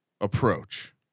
approach